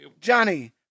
Johnny